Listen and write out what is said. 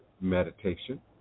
meditation